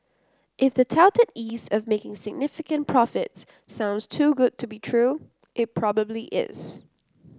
if the touted ease of making significant profits sounds too good to be true it probably is